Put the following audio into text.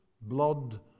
blood